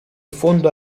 fondo